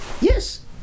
Yes